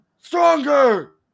stronger